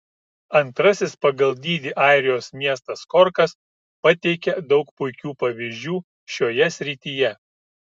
antrasis pagal dydį airijos miestas korkas pateikia daug puikių pavyzdžių šioje srityje